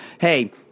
Hey